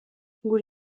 gure